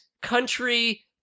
country